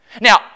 Now